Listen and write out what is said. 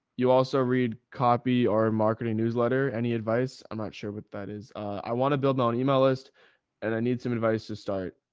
you also read copy or marketing newsletter, any advice? i'm not sure what that is. i want to build my own email list and i need some advice to start.